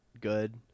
good